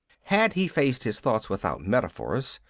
had he faced his thought without metaphors,